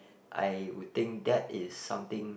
I would think that is something